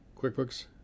QuickBooks